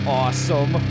awesome